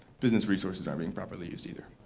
business resources are being properly used either.